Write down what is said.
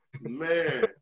man